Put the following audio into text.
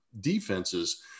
defenses